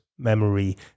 Memory